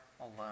alone